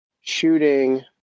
shooting